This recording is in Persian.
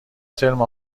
ترم